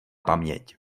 paměť